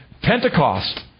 Pentecost